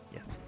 Yes